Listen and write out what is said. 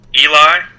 Eli